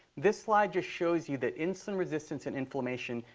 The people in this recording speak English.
this slide just shows you that insulin resistance and inflammation,